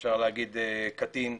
אפשר להגיד, קטין.